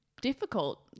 difficult